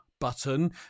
button